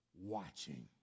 watching